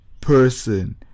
person